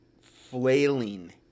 flailing